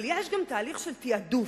אבל יש גם תהליך של תעדוף.